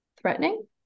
threatening